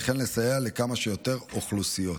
וכן לסייע לכמה שיותר אוכלוסיות.